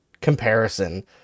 comparison